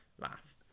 laugh